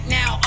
now